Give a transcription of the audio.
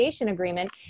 agreement